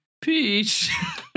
peach